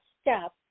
step